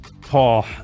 paul